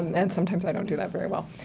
and sometimes i don't do that very well.